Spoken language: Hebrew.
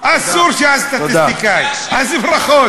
אסור שהסטטיסטיקאי, אז ברכות.